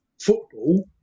football